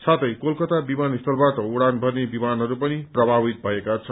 साथै कोलकाता विमानस्थलबाट उड़ान भर्ने विमानहरू पनि प्रभावित भएको छन्